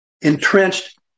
Entrenched